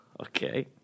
Okay